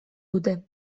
dute